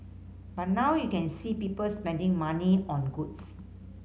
but now you can see people spending money on goods